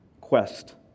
quest